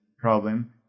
problem